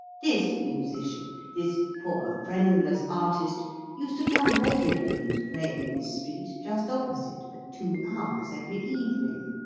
this musician this poor, friendless artist used to come regularly and play in this street just opposite for two hours every evening.